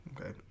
okay